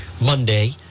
Monday